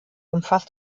umfasst